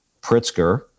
Pritzker